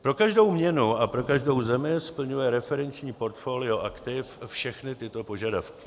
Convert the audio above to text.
Pro každou měnu a pro každou zemi splňuje referenční portfolio aktiv všechny tyto požadavky: